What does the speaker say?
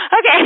Okay